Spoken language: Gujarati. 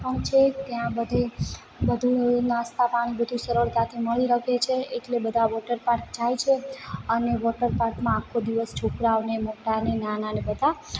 પણ છે ત્યાં બધે બધુ નાસ્તા પાણી બધુ સરળતાથી મળી શકે છે એટલે બધા વોટરપાર્ક જાય છે અને વોટરપાર્કમાં આખો દિવસ છોકરાઓ ને મોટા ને નાના ને બધા